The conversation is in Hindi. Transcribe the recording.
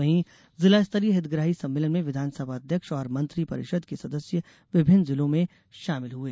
वहीं जिला स्तरीय हितग्राही सम्मेलन में विधानसभा अध्यक्ष और मंत्रि परिषद के सदस्य विभिन्न जिलों में शामिल हुए